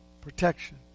Protection